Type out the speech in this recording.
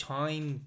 time